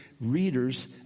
readers